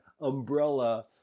umbrella